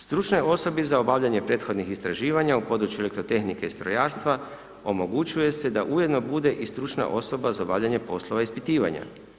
Stručnoj osobi za obavljanje prethodnih istraživanja u području elektrotehnike i strojarstva omogućuje se da ujedno bude i stručna osoba za obavljanje poslova ispitivanja.